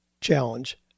challenge